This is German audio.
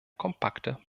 kompakte